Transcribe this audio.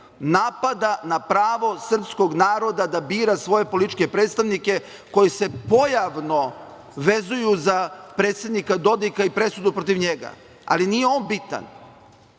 napada na pravo srpskog naroda da bira svoje političke predstavnike koji se pojavno vezuju za predsednika Dodika i presudu protiv njega. Ali, nije on bitan.